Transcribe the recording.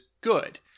good